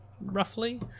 roughly